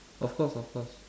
of course of course